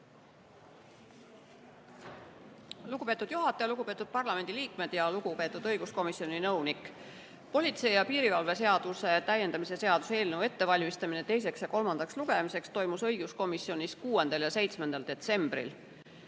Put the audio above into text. Lugupeetud juhataja! Lugupeetud parlamendiliikmed! Lugupeetud õiguskomisjoni nõunik! Politsei ja piirivalve seaduse täiendamise seaduse eelnõu ettevalmistamine teiseks ja kolmandaks lugemiseks toimus õiguskomisjonis 6. ja 7. detsembril.